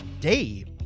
Dave